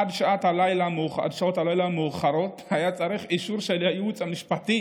עד שעות הלילה המאוחרות היה צריך אישור של הייעוץ המשפטי